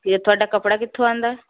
ਅਤੇ ਤੁਹਾਡਾ ਕੱਪੜਾ ਕਿੱਥੋਂ ਆਉਂਦਾ